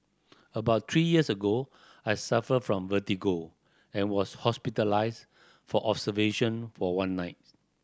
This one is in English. about three years ago I suffered from vertigo and was hospitalised for observation for one night